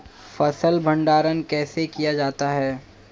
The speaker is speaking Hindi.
फ़सल भंडारण कैसे किया जाता है?